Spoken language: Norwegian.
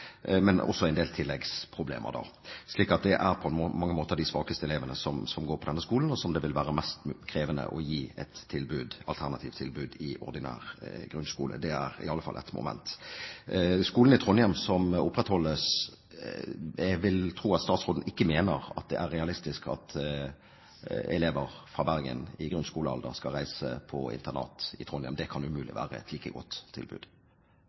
men også en del tilleggsproblemer, slik at det på mange måter er de svakeste elevene som går på denne skolen, og som det vil være mest krevende å gi et alternativt tilbud i ordinær grunnskole. Det er i alle fall et moment. Når det gjelder skolen i Trondheim, som opprettholdes, vil jeg tro at statsråden ikke mener at det er realistisk at elever fra Bergen i grunnskolealder skal reise på internat i Trondheim. Det kan umulig være et like godt tilbud.